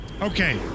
Okay